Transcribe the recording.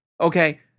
Okay